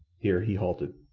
here he halted.